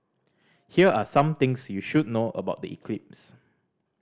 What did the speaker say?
here are some things you should know about the eclipse